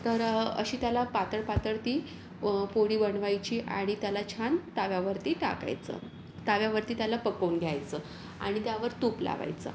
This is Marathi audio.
तर अशी त्याला पातळ पातळ ती पोळी बनवायची आणि त्याला छान तव्यावरती टाकायचं तव्यावरती त्याला पकवून घ्यायचं आणि त्यावर तूप लावायचं